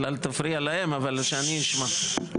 אל תפריע להם אבל שאני אשמע.